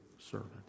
Servant